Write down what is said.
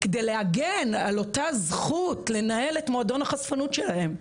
כדי להגן על אותה זכות לנהל את מועדון החשפנות שלהם,